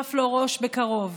שיוחלף לו ראש בקרוב.